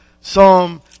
Psalm